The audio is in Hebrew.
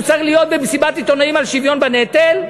צריך להיות במסיבת עיתונאים על שוויון בנטל,